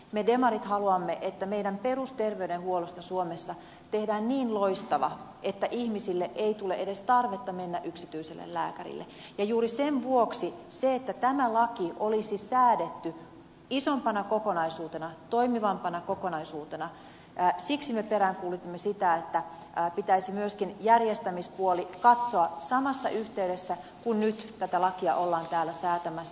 me demarit haluamme että meidän perusterveydenhuollostamme suomessa tehdään niin loistava että ihmisille ei tule edes tarvetta mennä yksityiselle lääkärille ja juuri sen vuoksi me peräänkuulutimme sitä että tämä laki olisi säädetty isompana kokonaisuutena toimivampana kokonaisuutena siksi me peräänkuulutimme sitä että pitäisi myöskin järjestämispuoli katsoa samassa yhteydessä kun nyt tätä lakia ollaan täällä säätämässä